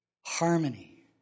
harmony